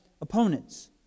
opponents